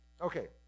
Okay